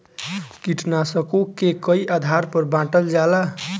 कीटनाशकों के कई आधार पर बांटल जाला